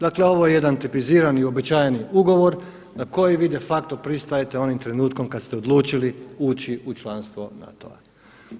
Dakle ovo je jedan tipizirani i uobičajeni ugovor na koji vi de facto pristajete onim trenutkom kad ste odlučili ući u članstvo NATO-a.